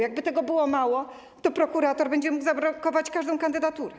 Jakby tego było mało, to prokurator będzie mógł zablokować każdą kandydaturę.